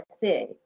see